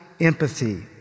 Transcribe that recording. empathy